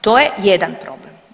To je jedan problem.